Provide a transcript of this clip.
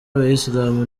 abayisilamu